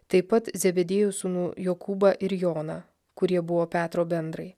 taip pat zebediejaus sūnų jokūbą ir joną kurie buvo petro bendrai